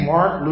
Mark